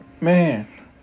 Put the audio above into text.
man